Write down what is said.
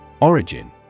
Origin